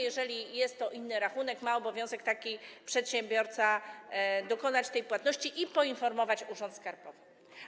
Jeżeli jest to inny rachunek, ma obowiązek taki przedsiębiorca dokonać tej płatności i poinformować urząd skarbowy.